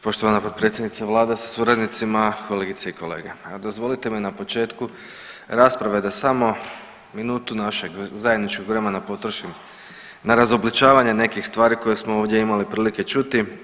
Poštovana potpredsjednice vlade sa suradnicima, kolegice i kolege, dozvolite mi na početku rasprave da samo minutu našeg zajedničkog vremena potrošim na razobličavanje nekih stvari koje smo ovdje imali prilike čuti.